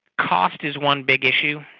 cost is one big issue,